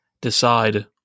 decide